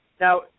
Now